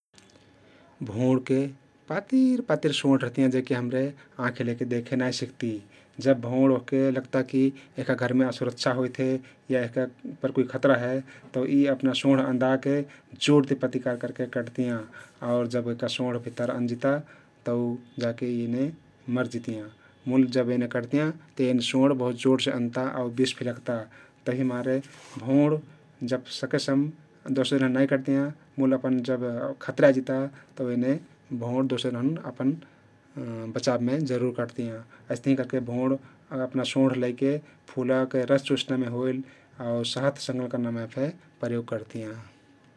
भउँरके पातिर पातिर सोंढ रहतियाँ जेहके हम्रे आँखी लैके देखे नाई सक्ती । जब भँउर ओहके लग्ता की यहका घरमे असुरक्षा होइत हे या यहका उप्पर कुइ खतरा हे तउ यी अपना सोंढ अन्दाके जोरति प्रतिकार करके कटतियाँ आउ जब यहका सोंढ भित्तर अन्दजिता तउ जा के एने मरजितियाँ मुल जब एने कटतियाँ ते एन सोंढ बहुत जोरसे अन्दता आउ बिष फे लग्ता । तभिमारे भउँर जब सकेसम दोसर जनहन नाई कटतियाँ मुल अपन जब खतरा आइजिता तउ एने भउँर दोसर जनहन अपन बचाबमे जरुर कटतियाँ । अइस्तहिं करके भउँर अपना सोंढ लैके फुलाके रस चुस्नामे होइल आउ सहत संकलन करनामे फे प्रयोग करतियाँ ।